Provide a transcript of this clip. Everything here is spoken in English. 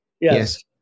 Yes